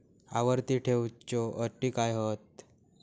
आवर्ती ठेव च्यो अटी काय हत?